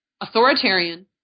authoritarian